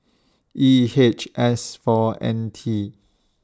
E H S four N T